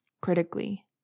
critically